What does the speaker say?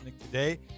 Today